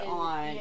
on